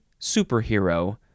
superhero